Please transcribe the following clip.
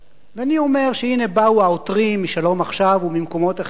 ואני אומר שהנה באו העותרים מ"שלום עכשיו" וממקומות אחרים,